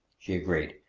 she agreed.